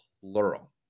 plural